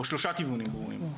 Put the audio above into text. או שלושה כיוונים ברורים,